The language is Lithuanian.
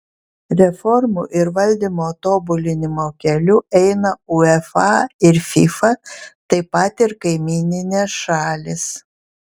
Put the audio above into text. reformų ir valdymo tobulinimo keliu eina uefa ir fifa taip pat ir kaimyninės šalys